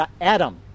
Adam